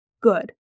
Good